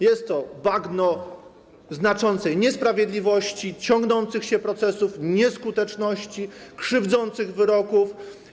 Jest to bagno znaczącej niesprawiedliwości, ciągnących się procesów, nieskuteczności, krzywdzących wyroków.